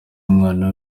umwana